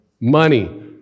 money